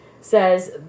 says